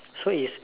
so is